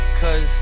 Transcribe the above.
Cause